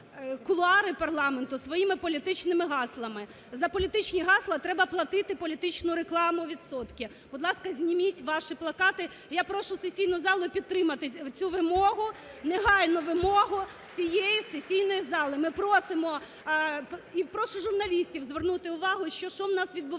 кулуари парламенту своїми політичними гаслами. За політичні гасла треба платити політичну рекламу, відсотки. Будь ласка, зніміть ваші плакати! Я прошу сесійну залу підтримати цю вимогу, негайну вимогу всієї сесійної зали! (Оплески) Ми просимо… І прошу журналістів звернути увагу, що в нас відбувається: